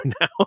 now